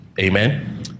Amen